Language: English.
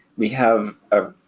we have a,